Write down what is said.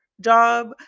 job